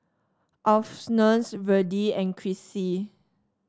Alphonse Virdie and Chrissy